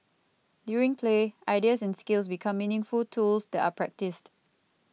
during play ideas and skills become meaningful tools that are practised